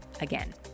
again